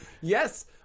Yes